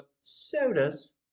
sodas